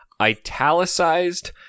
italicized